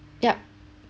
yup